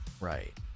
right